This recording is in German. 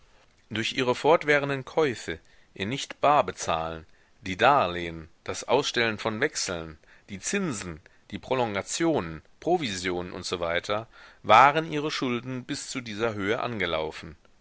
durch ihre fortwährenden käufe ihr nichtbarbezahlen die darlehen das ausstellen von wechseln die zinsen die prolongationen provisionen usw waren ihre schulden bis zu dieser höhe angelaufen